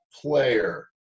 player